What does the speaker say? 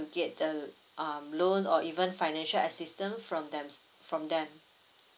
get the um loan or even financial assistance from them from them